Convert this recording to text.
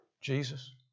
Jesus